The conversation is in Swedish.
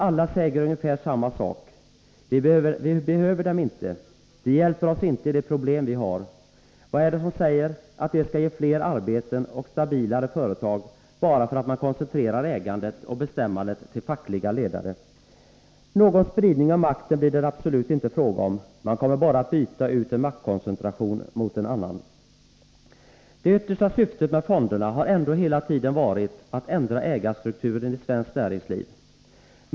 Alla säger ungefär samma sak om fonderna: Vi behöver dem inte, de hjälper oss inte i de problem vi har. Vad är det som säger att det ger fler arbeten och stabilare företag bara för att man koncentrerar ägandet och bestämmandet till fackliga ledare? Någon spridning av makten blir det absolut inte fråga om. Man kommer bara att byta ut en maktkoncentration mot en annan. Nr 54 Det yttersta syftet med fonderna har ändå hela tiden varit att ändra Tisdagen den ägarstrukturen i svenskt näringsliv.